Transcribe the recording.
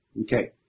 Okay